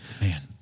Man